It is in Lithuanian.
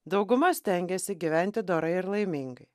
dauguma stengiasi gyventi dorai ir laimingai